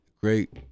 great